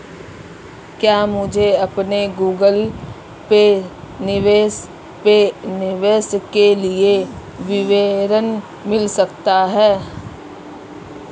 क्या मुझे अपने गूगल पे निवेश के लिए विवरण मिल सकता है?